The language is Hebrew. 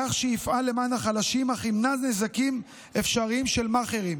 כך שיפעל למען החלשים אך ימנע נזקים אפשריים של מאכערים.